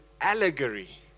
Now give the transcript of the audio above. allegory